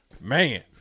Man